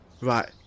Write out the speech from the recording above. Right